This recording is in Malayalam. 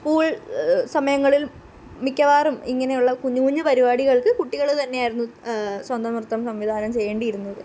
സ്കൂള് സമയങ്ങളില് മിക്കവാറും ഇങ്ങനെയുള്ള കുഞ്ഞുകുഞ്ഞു പരിപാടികള്ക്ക് കുട്ടികൾ തന്നെയായിരുന്നു സ്വന്തം നൃത്തം സംവിധാനം ചെയ്യേണ്ടിയിരുന്നത്